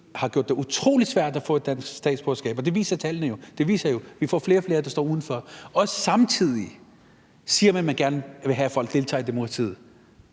har gjort det utrolig svært at få et dansk statsborgerskab – og tallene viser jo, at der er flere og flere, der står udenfor – og samtidig siger, at man gerne vil have, at folk deltager i demokratiet.